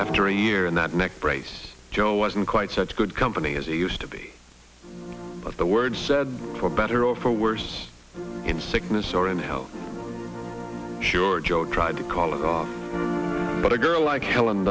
after a year in that neck brace joe wasn't quite such good company as it used to be the word said for better or for worse in sickness or in health sure joe tried to call it off but a girl like hel